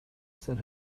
said